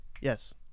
yes